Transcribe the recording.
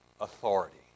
authority